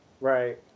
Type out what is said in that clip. Right